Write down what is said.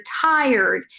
tired